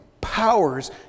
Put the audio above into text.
powers